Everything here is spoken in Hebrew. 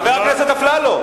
חבר הכנסת אפללו.